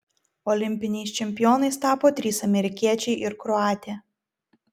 olimpiniais čempionais tapo trys amerikiečiai ir kroatė